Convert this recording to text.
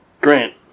Grant